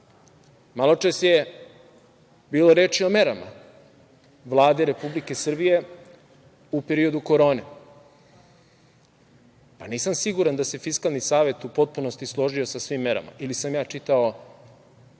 stavove. Maločas je bilo reči o merama Vlade Republike Srbije u periodu korone. Pa nisam siguran da se Fiskalni savet u potpunosti složio sa svim merama, ili sam ja čitao